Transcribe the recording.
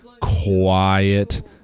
quiet